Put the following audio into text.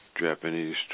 Japanese